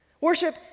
Worship